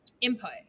input